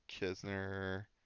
Kisner